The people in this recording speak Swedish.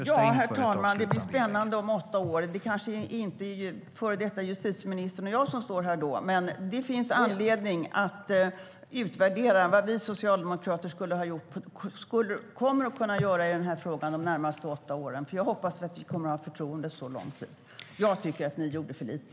Herr ålderspresident! Det blir spännande om åtta år. Det kanske inte är före detta justitieministern och jag som står här då, men det finns anledning att utvärdera vad vi socialdemokrater kommer att kunna göra i den här frågan de närmaste åtta åren, för jag hoppas att vi kommer att ha förtroende så lång tid. Jag tycker att ni gjorde för lite.